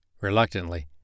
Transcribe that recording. Reluctantly